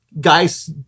guys